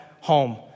home